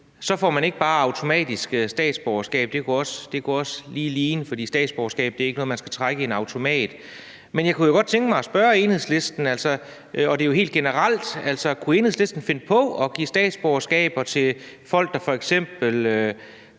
så får man ikke bare automatisk statsborgerskab. Det kunne også lige passe, for statsborgerskab er ikke noget, man skal trække i en automat. Men jeg kunne jo godt tænke mig at spørge Enhedslisten helt generelt: Kunne Enhedslisten finde på at give statsborgerskaber til folk, der f.eks.